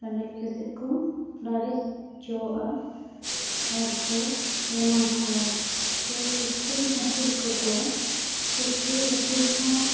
ᱦᱮᱰᱮᱡ ᱠᱟᱛᱮᱫ ᱠᱚ ᱨᱟᱲᱮᱡ ᱚᱪᱚᱣᱟᱜᱼᱟ ᱟᱨᱠᱚ ᱮᱢᱟ ᱠᱚᱣᱟ ᱥᱮ ᱥᱩᱠᱨᱤᱢ ᱟᱹᱥᱩᱞ ᱠᱟᱠᱚᱣᱟ ᱥᱩᱠᱨᱤ ᱟᱹᱥᱩᱞ ᱦᱚᱸ